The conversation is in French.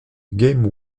game